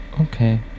Okay